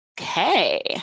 okay